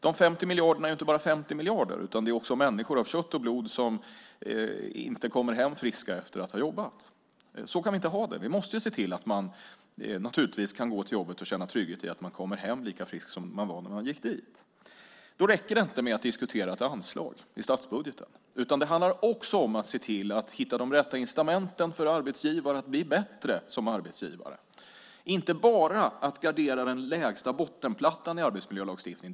De 50 miljarderna är ju inte bara 50 miljarder. Det är också människor av kött och blod som inte kommer hem friska efter att ha jobbat. Så kan vi inte ha det. Vi måste se till att man kan gå till jobbet och känna trygghet i att man kommer hem lika frisk som man var när man gick dit. Då räcker det inte att diskutera ett anslag i statsbudgeten. Det handlar också om att se till att hitta de rätta incitamenten för arbetsgivare att bli bättre som arbetsgivare. Det handlar inte bara om att gardera den lägsta bottenplattan i arbetsmiljölagstiftningen.